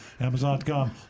Amazon.com